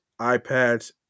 iPads